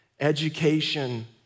education